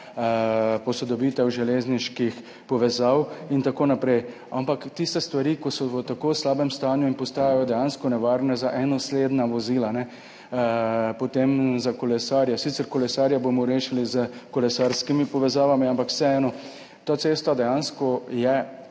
posodobitev železniških povezav in tako naprej. Ampak tiste stvari, ki so v tako slabem stanju in postajajo dejansko nevarne za enosledna vozila, za kolesarje, sicer kolesarje bomo rešili s kolesarskimi povezavami, ampak vseeno. Na tej cesti se